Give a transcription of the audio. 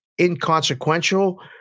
inconsequential